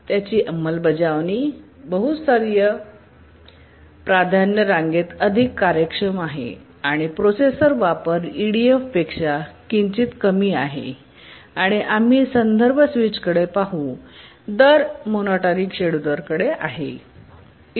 त्याची अंमलबजावणी बहु स्तरीय प्राधान्य रांगेत अधिक कार्यक्षम आहे आणि प्रोसेसर वापर ईडीएफपेक्षा किंचित कमी आहे आणि आम्ही संदर्भ स्विचकडे पाहू दर मोनोटॉनिक शेड्युलरकडे आहे